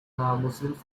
muslims